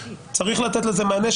צריך לתת לזה מענה,